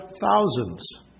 thousands